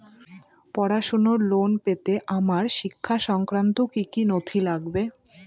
পড়াশুনোর লোন পেতে আমার শিক্ষা সংক্রান্ত কি কি নথি লাগবে?